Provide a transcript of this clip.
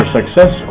Success